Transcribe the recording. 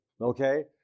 Okay